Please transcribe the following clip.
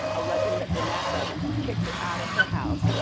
alleging that vanessa kicked her out of her house,